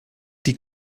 die